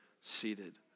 seated